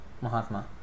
Mahatma